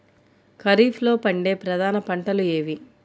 ఖరీఫ్లో పండే ప్రధాన పంటలు ఏవి?